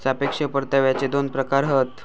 सापेक्ष परताव्याचे दोन प्रकार हत